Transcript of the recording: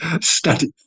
study